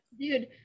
dude